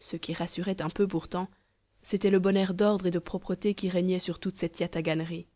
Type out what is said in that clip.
ce qui rassurait un peu pourtant c'était le bon air d'ordre et de propreté qui régnait sur toute cette yataganerie